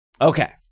Okay